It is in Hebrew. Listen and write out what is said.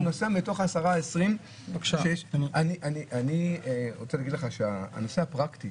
הוא נוסע מתוך 20-10. אני רוצה להגיד לך שהנושא הפרקטי